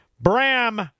Bram